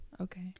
Okay